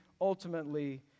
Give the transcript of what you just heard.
ultimately